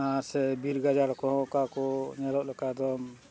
ᱟᱨ ᱥᱮ ᱵᱤᱨ ᱜᱟᱡᱟᱲ ᱠᱚᱦᱚᱸ ᱚᱠᱟ ᱠᱚ ᱧᱮᱞᱚᱜ ᱞᱮᱠᱟ ᱫᱚᱢ